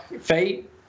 fate